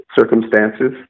circumstances